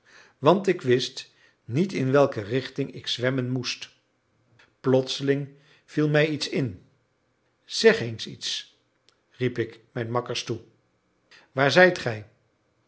want ik wist niet in welke richting ik zwemmen moest plotseling viel mij iets in zeg eens iets riep ik mijn makkers toe waar zijt gij